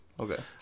Okay